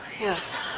Yes